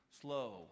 slow